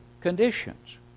conditions